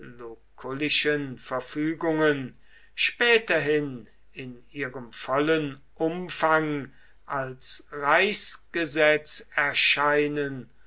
verfügungen späterhin in ihrem vollen umfang als reichsgesetz erscheinen